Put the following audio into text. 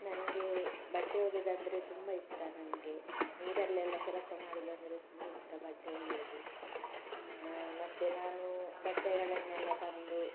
ನನಗೆ ಬಟ್ಟೆ ಒಗ್ಯುದು ಅಂದರೆ ತುಂಬ ಇಷ್ಟ ನನಗೆ ನೀರಲೆಲ್ಲ ಕೆಲಸ ಮಾಡೋದಂದ್ರೆ ತುಂಬ ಇಷ್ಟ ಬಟ್ಟೆ ಒಗ್ಯೋದು ಮತ್ತೆ ನಾನು ಬಟ್ಟೆಗಳನ್ನೆಲ್ಲ ತಂದು